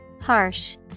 Harsh